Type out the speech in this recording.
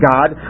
God